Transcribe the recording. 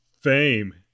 fame